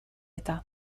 eta